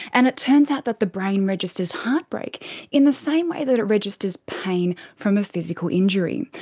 and it turns out that the brain registers heartbreak in the same way that it registers pain from a physical injury.